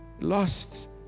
Lost